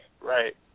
Right